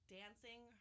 dancing